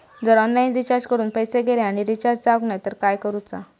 जर online recharge करून पैसे गेले आणि रिचार्ज जावक नाय तर काय करूचा?